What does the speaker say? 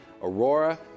Aurora